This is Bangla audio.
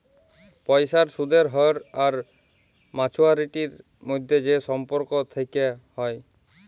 পয়সার সুদের হ্য়র আর মাছুয়ারিটির মধ্যে যে সম্পর্ক থেক্যে হ্যয়